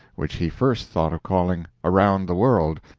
which he first thought of calling around the world.